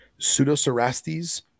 Pseudocerastes